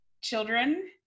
children